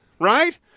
Right